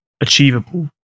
achievable